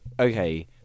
Okay